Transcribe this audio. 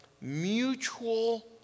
mutual